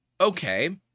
okay